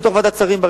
גם בתוך ועדת השרים,